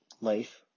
life